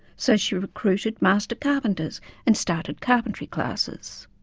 so she recruited master carpenters and started carpentry classes,